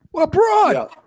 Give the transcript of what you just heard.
Abroad